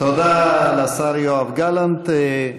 תודה לשר יואב גלנט.